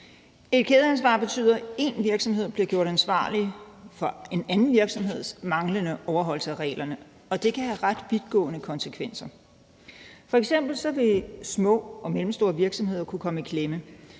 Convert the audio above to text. Et kædeansvar betyder, at én virksomhed bliver gjort ansvarlig for en anden virksomheds manglende overholdelse af reglerne, og det kan have ret vidtgående konsekvenser. F.eks. vil små og mellemstore virksomheder kunne komme i klemme.